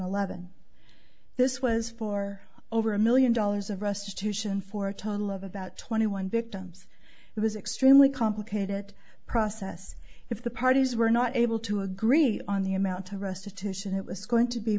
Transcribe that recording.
eleven this was for over a million dollars of restitution for a total of about twenty one victims it was extremely complicated process if the parties were not able to agree on the amount to restitution it was going to be